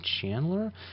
Chandler